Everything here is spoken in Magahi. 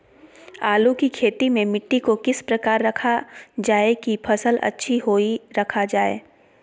आलू की खेती में मिट्टी को किस प्रकार रखा रखा जाए की फसल अच्छी होई रखा जाए?